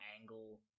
angle